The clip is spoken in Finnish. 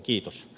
kiitos